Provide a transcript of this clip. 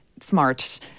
smart